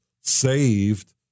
saved